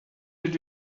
did